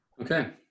Okay